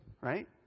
right